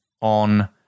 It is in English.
on